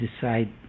decide